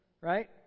right